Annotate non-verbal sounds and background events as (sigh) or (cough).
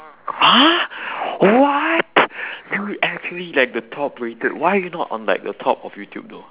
(noise) !huh! what (breath) you actually like the top rated why you're not on like the top of youtube though